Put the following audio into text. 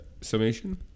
summation